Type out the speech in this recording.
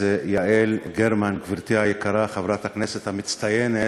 אז יעל גרמן, גברתי היקרה, חברת הכנסת המצטיינת,